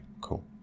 cool